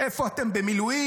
איפה אתם במילואים?